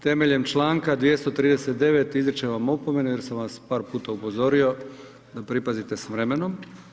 Temeljem čl. 239. izričem vam opomenu jer sam vas par puta upozorio da pripazite s vremenom.